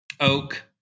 oak